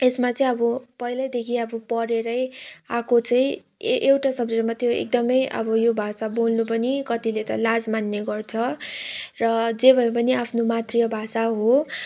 यसमा चाहिँ अब पहिल्यैदेखि अब पढेरै आएको चाहिँ ए एउटा सब्जेक्ट मात्रै हो एकदमै अब यो भाषा बोल्नु पनि कतिले त लाज मान्ने गर्छ र जे भए पनि आफ्नो मातृभाषा हो